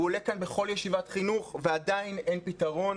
הוא עולה כאן בכל ישיבת ועדת החינוך ועדיין אין פתרון.